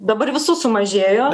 dabar visų sumažėjo